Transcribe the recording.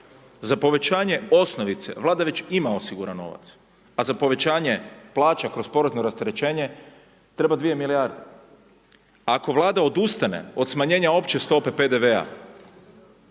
Za povećanje osnovice Vlada već ima osiguran novac, a za povećanje plaća kroz porezno rasterećenje treba 2 milijarde. Ako Vlada odustane od smanjenja opće stope PDV-a